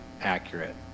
accurate